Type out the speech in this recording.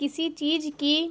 کسی چیز کی